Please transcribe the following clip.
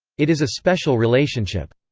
it is a special relationship.